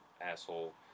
asshole